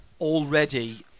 already